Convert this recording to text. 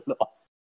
loss